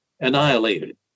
annihilated